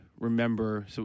remember